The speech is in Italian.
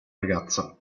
ragazza